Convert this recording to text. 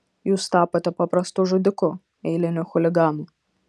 jūs tapote paprastu žudiku eiliniu chuliganu